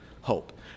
hope